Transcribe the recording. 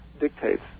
dictates